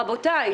רבותי,